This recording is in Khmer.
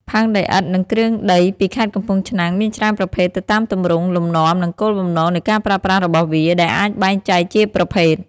ផើងដីឥដ្ឋ និងគ្រឿងដីពីខេត្តកំពង់ឆ្នាំង មានច្រើនប្រភេទទៅតាមទម្រង់ លំនាំ និងគោលបំណងនៃការប្រើប្រាស់របស់វា ដែលអាចបែងចែកជាប្រភេទ។